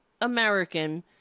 American